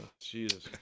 Jesus